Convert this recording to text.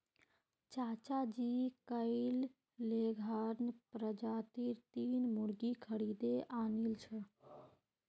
चाचाजी कइल लेगहॉर्न प्रजातीर तीन मुर्गि खरीदे आनिल छ